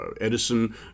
Edison